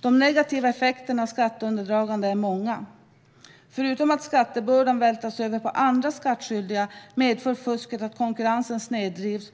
De negativa effekterna av skatteundandragande är många. Förutom att skattebördan vältras över på andra skattskyldiga medför fusket att konkurrensen snedvrids.